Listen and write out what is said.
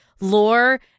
lore